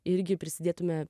irgi prisidėtume